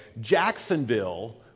Jacksonville